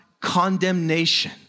condemnation